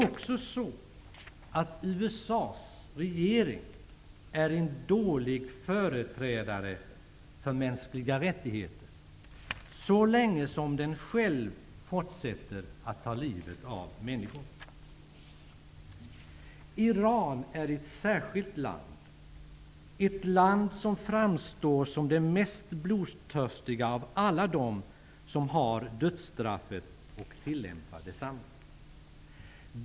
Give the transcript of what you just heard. USA:s regering är en dålig företrädare för mänskliga rättigheter så länge som den själv fortsätter att ta livet av människor. Iran är ett särskilt land -- ett land som framstår som det mest blodtörstiga av alla dem som har dödsstraffet och tillämpar detsamma.